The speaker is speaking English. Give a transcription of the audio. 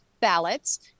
ballots